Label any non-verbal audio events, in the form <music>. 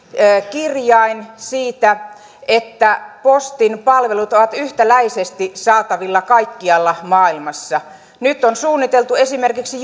kirjain siitä että postin palvelut ovat yhtäläisesti saatavilla kaikkialla maailmassa nyt on suunniteltu esimerkiksi <unintelligible>